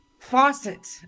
faucet